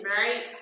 right